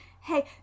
Hey